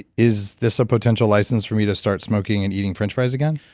is this a potential license for me to start smoking and eating french fries again?